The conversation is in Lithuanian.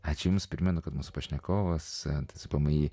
aš jums primenu kad mūsų pašnekovas tspmi